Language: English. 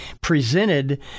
presented